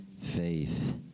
faith